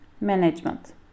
management